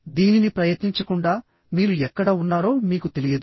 దీనిని ప్రయత్నించకుండా మీరు ఎక్కడ ఉన్నారో మీకు తెలియదు